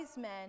men